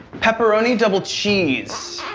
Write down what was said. pepperoni, double cheese.